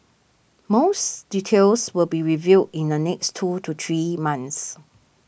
most details will be revealed in the next two to three months